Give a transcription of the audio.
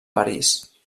parís